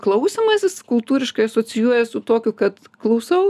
klausymasis kultūriškai asocijuojas su tokiu kad klausau